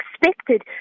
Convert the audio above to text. expected